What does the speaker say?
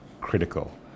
critical